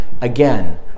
again